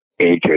AJ